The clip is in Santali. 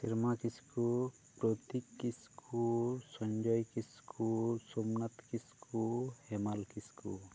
ᱥᱮᱨᱢᱟ ᱠᱤᱥᱠᱩ ᱯᱨᱚᱛᱤᱠ ᱠᱤᱥᱠᱩ ᱥᱚᱧᱡᱚᱭ ᱠᱤᱥᱠᱩ ᱥᱳᱢᱱᱟᱛᱷ ᱠᱤᱥᱠᱩ ᱦᱮᱢᱟᱞ ᱠᱤᱥᱠᱩ